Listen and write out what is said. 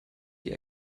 die